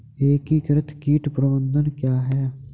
एकीकृत कीट प्रबंधन क्या है?